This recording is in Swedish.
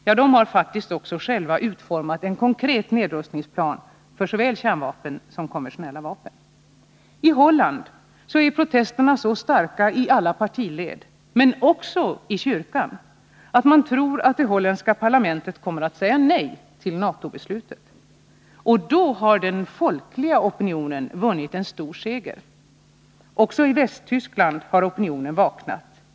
Ja, man har faktiskt också utformat en konkret nedrustningsplan för såväl kärnvapen som konventionella vapen. I Holland är protesterna så starka i alla partiled, men också i kyrkan, att man tror att det holländska parlamentet kommer att säga nej till NATO beslutet. Och då har den folkliga opinionen vunnit en stor seger. Också i Västtyskland har opinionen vaknat.